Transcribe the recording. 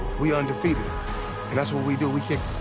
we undefeated. and that's what we do. we kick.